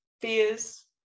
fears